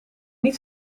niet